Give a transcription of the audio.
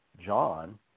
John